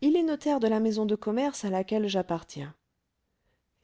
il est notaire de la maison de commerce à laquelle j'appartiens